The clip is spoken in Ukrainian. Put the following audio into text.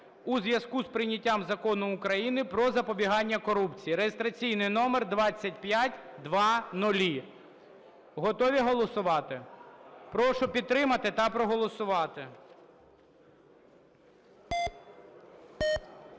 у зв'язку з прийняттям Закону України "Про запобігання корупції" (реєстраційний номер 2500). Готові голосувати? Прошу підтримати та проголосувати. 21:36:12